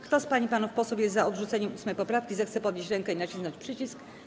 Kto z pań i panów posłów jest za odrzuceniem 8. poprawki, zechce podnieść rękę i nacisnąć przycisk.